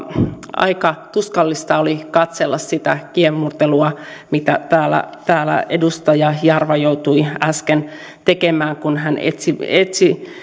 aika tuskallista oli katsella sitä kiemurtelua mitä täällä täällä edustaja jarva joutui äsken tekemään kun hän etsimällä etsi